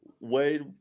Wade